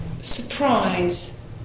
surprise